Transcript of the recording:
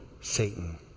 Satan